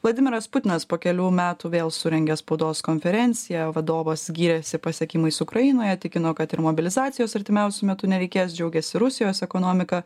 vladimiras putinas po kelių metų vėl surengė spaudos konferenciją vadovas gyrėsi pasiekimais ukrainoje tikino kad ir mobilizacijos artimiausiu metu nereikės džiaugiasi rusijos ekonomika